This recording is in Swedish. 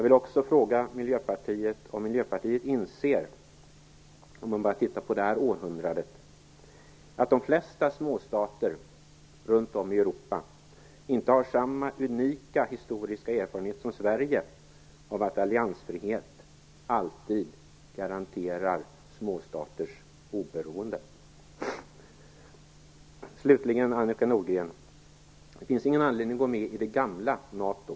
Inser Miljöpartiet att de flesta småstater runt om i Europa, om vi bara tittar på det här århundradet, inte har samma unika historiska erfarenhet som Sverige av att alliansfrihet alltid garanterar småstaters oberoende? Slutligen vill jag säga till Annika Nordgren att det inte finns någon anledning att gå med i det gamla NATO.